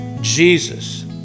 Jesus